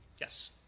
Yes